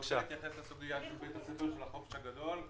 אני מבקש להתייחס לסוגיה של בית הספר של החופש הגדול.